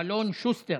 אלון שוסטר,